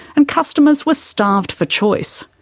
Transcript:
and customers were starved for choice.